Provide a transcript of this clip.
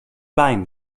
beinen